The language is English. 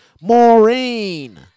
Maureen